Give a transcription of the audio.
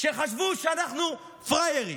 שחשבו שאנחנו פראיירים,